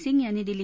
सिंग यांनी दिली